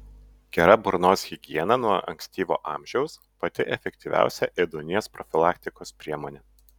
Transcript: gera burnos higiena nuo ankstyvo amžiaus pati efektyviausia ėduonies profilaktikos priemonė